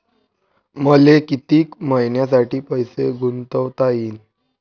मले कितीक मईन्यासाठी पैसे गुंतवता येईन?